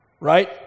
Right